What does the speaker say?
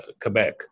Quebec